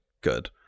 good